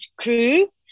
crew